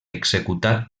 executat